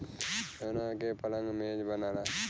तना के पलंग मेज बनला